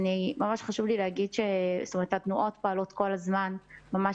חשוב לי להגיד שהתנועות פועלות כל הזמן ממש